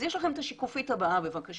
אז יש לכם את השקופית הבאה בבקשה,